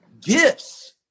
gifts